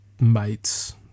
mates